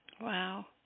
Wow